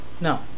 No